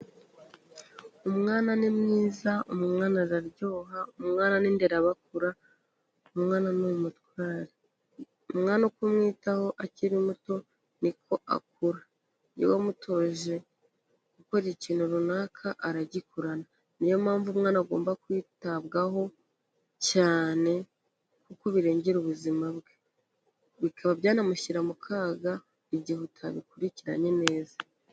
Umwana ni mwiza, umwana araryoha, umwana ni nderabakura, umwanawana ni umutware. Umwana uko umwitaho akiri muto ni ko akura. Iyo wamutoje gukora ikintu runaka aragikurana. Ni yo mpamvu umwana agomba kwitabwaho cyane, kuko birengera ubuzima bwe. Bikaba byanamushyira mu kaga igihe utabikurikiranye neza.